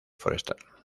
forestal